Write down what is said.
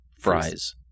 Fries